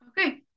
okay